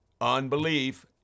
unbelief